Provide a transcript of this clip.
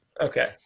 Okay